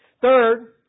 Third